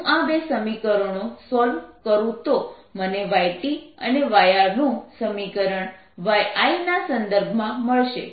હું આ બે સમીકરણો સોલ્વ કરું તો મને yTઅને yR નું સમીકરણ yI ના સંદર્ભમાં મળશે